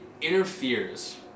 interferes